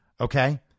Okay